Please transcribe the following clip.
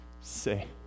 say